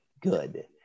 good